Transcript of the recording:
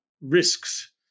risks